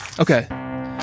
Okay